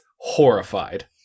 horrified